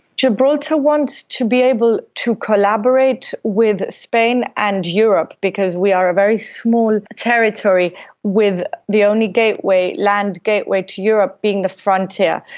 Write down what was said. gibraltar wants to be able to collaborate with spain and europe because we are a very small territory with the only land gateway to europe being the frontier.